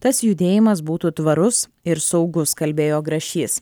tas judėjimas būtų tvarus ir saugus kalbėjo grašys